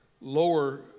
Lower